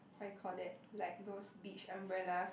what you call it like those beach umbrellas